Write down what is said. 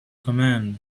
command